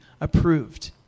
approved